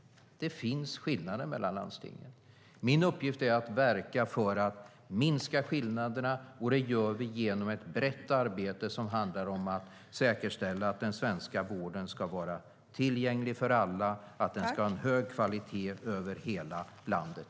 Det finns skillnader mellan landstingen. Min uppgift är att verka för att minska skillnaderna. Det gör vi genom ett brett arbete som handlar om att säkerställa att den svenska vården ska vara tillgänglig för alla och ha en hög kvalitet över hela landet.